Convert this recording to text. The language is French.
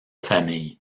famille